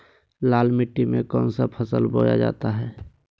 लाल मिट्टी में कौन सी फसल बोया जाता हैं?